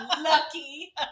Lucky